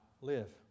live